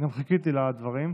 גם חיכיתי לדברים,